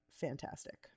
fantastic